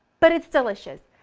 but it's delicious!